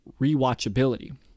rewatchability